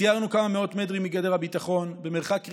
סיירנו כמה מאות מטרים מגדר הביטחון, במרחק ראייה,